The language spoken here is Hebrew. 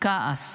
כעס,